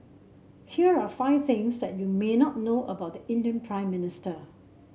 here are five things that you may not know about the Indian Prime Minister